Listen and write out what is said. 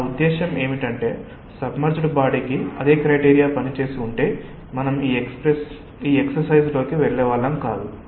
నా ఉద్దేశ్యం ఏమిటంటే సబ్మర్జ్డ్ బాడీకి అదే క్రైటీరియా పనిచేసి ఉంటే మనం ఈ ఎక్సెసైస్ లోకి వెళ్లే వాళ్ళం కాదు